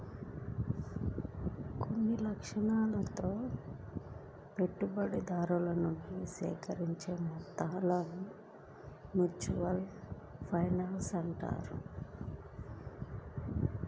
కొన్ని లక్ష్యాలతో పెట్టుబడిదారుల నుంచి సేకరించిన మొత్తాలను మ్యూచువల్ ఫండ్స్ అంటారు